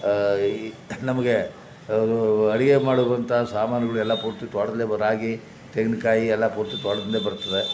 ಈ ನಮಗೆ ಅಡುಗೆ ಮಾಡುವಂಥ ಸಾಮಾನುಗಳು ಎಲ್ಲ ಪೂರ್ತಿ ತೋಟ ರಾಗಿ ತೆಂಗಿನಕಾಯಿ ಎಲ್ಲ ಪೂರ್ತಿ ತೋಟದಿಂದೇ ಬರ್ತದೆ